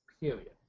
period